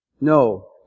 No